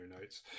notes